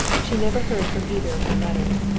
she never heard from either of her letters,